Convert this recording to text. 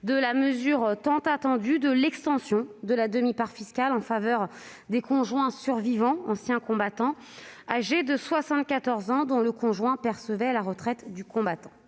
de la mesure tant attendue de l'extension de la demi-part fiscale en faveur des conjoints survivants âgés de 74 ans et plus, dont le conjoint percevait la retraite du combattant.